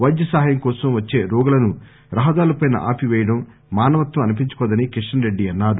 వైద్యసహయం కోసం వచ్చే రోగులను రహదారులపై ఆపి పేయడం మానవత్వం అనిపించుకోదని కిషన్ రెడ్డి అన్నారు